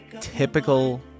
typical